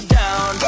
down